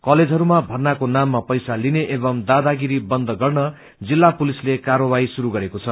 कलेजहरूमा भर्नाको नाममा पैसा लिने एकम् दादागिरी बन्द गर्नको निम्ति जिल्ला पुलिसले र्कायवाही श्रुरू गरेको छ